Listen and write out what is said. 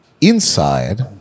Inside